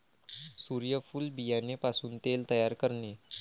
सूर्यफूल बियाणे पासून तेल तयार करणे